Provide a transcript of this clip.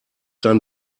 dann